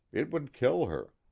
it would kill her.